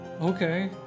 Okay